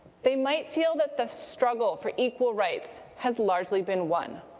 they might feel that the struggle for equal rights has largely been won.